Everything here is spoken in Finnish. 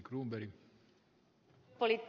arvoisa puhemies